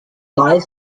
five